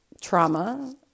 trauma